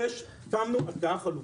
יש לנו הצעה חלופית,